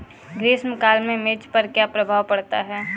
ग्रीष्म काल में मिर्च पर क्या प्रभाव पड़ता है?